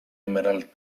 emerald